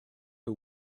who